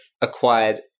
acquired